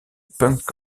punk